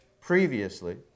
previously